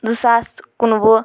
زٕ ساس تہٕ کُنوُہ